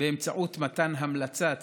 באמצעות מתן המלצת